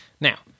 Now